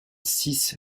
six